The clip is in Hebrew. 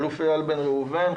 אלוף איל בן ראובן,